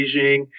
Beijing